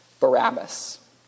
Barabbas